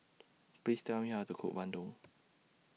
Please Tell Me How to Cook Bandung